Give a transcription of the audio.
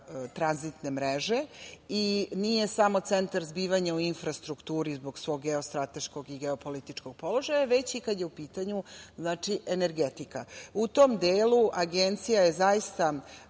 tranzitne mreže, i nije samo centar zbivanja u infrastrukturi zbog svog geostrateškog i geopolitičkog položaja, već i kad je u pitanju energetika.U tom delu Agencija se zaista